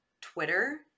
Twitter